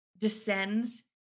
descends